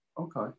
Okay